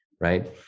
right